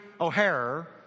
O'Hare